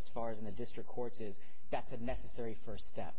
us fars in the district courts is that's a necessary first step